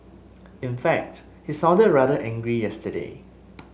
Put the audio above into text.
in fact he sounded rather angry yesterday